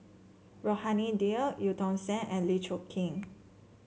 Rohani Din Eu Tong Sen and Lee Choon Kee